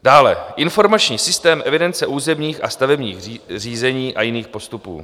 Dále Informační systém evidence územních a stavebních řízení a jiných postupů.